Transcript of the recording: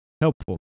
helpful